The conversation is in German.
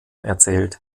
erzählt